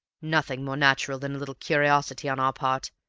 nothing more natural than a little curiosity on our part.